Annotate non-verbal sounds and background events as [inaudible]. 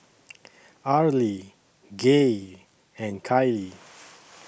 Arlie Gaye and Kylie [noise]